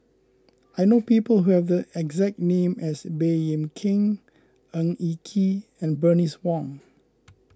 I know people who have the exact name as Baey Yam Keng Ng Eng Kee and Bernice Wong